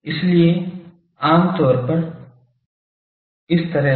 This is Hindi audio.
इसलिए आमतौर पर इस तरह है